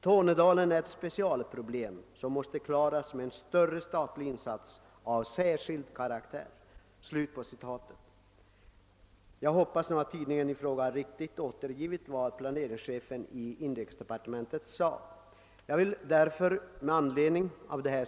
Tornedalen är ett specialproblem som måste klaras med en större statlig insats av särskild karaktär.» Jag hoppas att tidningen riktigt har återgivit planeringschefens uttalande.